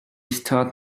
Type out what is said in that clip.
start